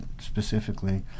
specifically